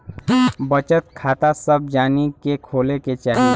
बचत खाता सभ जानी के खोले के चाही